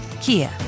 Kia